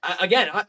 again